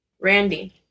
Randy